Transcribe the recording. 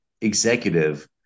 executive